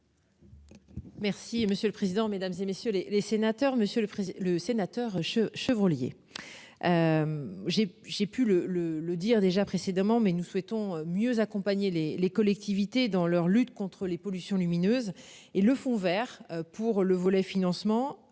Merci monsieur le président, Mesdames, et messieurs les sénateurs, Monsieur le le sénateur, je Chevrollier. J'ai, j'ai pu le le le dire déjà précédemment, mais nous souhaitons mieux accompagner les les collectivités dans leur lutte contre les pollutions lumineuses et le Fonds Vert pour le volet financement